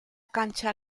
cancha